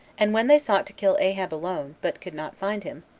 and when they sought to kill ahab alone, but could not find him,